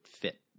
fit